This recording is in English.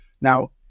Now